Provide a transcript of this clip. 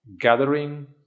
gathering